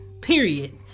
period